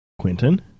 Quentin